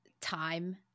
time